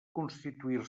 constituir